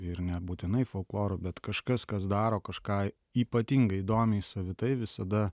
ir nebūtinai folkloru bet kažkas kas daro kažką ypatingai įdomiai savitai visada